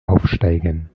aufsteigen